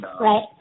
Right